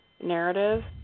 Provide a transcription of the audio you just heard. narrative